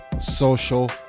social